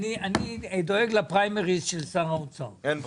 אני לא הצלחתי להבין.